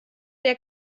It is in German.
der